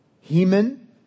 Heman